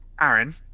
Aaron